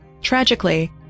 Tragically